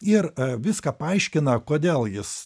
ir viską paaiškina kodėl jis